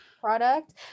product